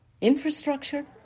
infrastructure